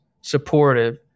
supportive